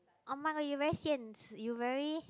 oh-my-god you very 现实 you very